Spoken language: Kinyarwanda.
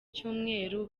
cyumweru